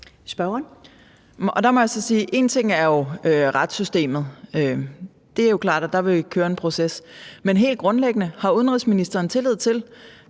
én ting er retssystemet – det er jo klart, at der vil køre en proces – men en anden ting er, om udenrigsministeren helt